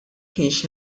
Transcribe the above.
kienx